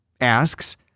asks